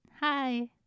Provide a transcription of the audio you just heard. Hi